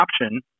option